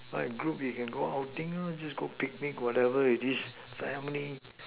wide group you can go outing lah just go picnic whatever it is family